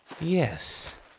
Yes